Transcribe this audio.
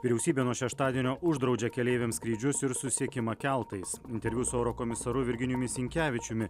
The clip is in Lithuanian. vyriausybė nuo šeštadienio uždraudžia keleiviams skrydžius ir susisiekimą keltais interviu su eurokomisaru virginijumi sinkevičiumi